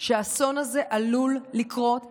שהאסון הזה עלול לקרות אצלנו.